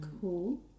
cool